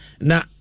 Now